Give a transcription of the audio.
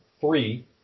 three